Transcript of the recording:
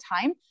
time